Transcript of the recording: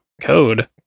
code